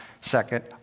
second